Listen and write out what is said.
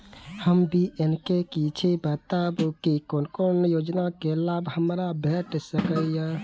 हम बी.ए केनै छी बताबु की कोन कोन योजना के लाभ हमरा भेट सकै ये?